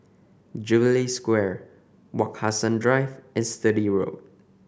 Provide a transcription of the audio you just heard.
Jubilee Square Wak Hassan Drive and Sturdee Road